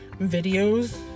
videos